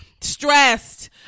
stressed